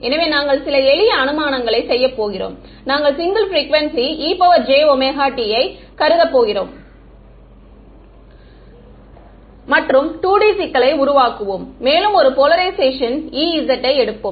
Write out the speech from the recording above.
எனவே நாங்கள் சில எளிய அனுமானங்களைச் செய்யப் போகிறோம் நாங்கள் சிங்கிள் ப்ரிக்குவேன்சி ejt யை கருதப் போகிறோம் மற்றும் 2D சிக்கலை உருவாக்குவோம் மேலும் ஒரு போலரைஷேஷன் Ez யை எடுப்போம்